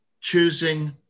Choosing